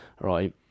Right